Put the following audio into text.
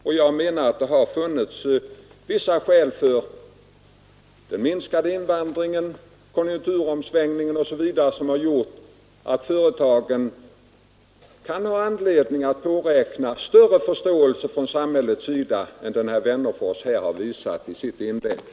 Och jag menar att det har förelegat vissa skäl — den minskade invandringen, konjunkturomsvängningen osv. — som gör att företagen har anledning påräkna större förståelse från samhällets sida än den herr Wennerfors här har visat i sitt inlägg.